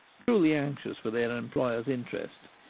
truly anxious for their employers' interests,